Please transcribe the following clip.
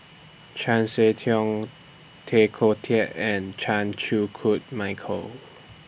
Chan Sek Keong Tay Koh Yat and Chan Chew Koon Michael